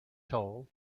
toll